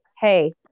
Hey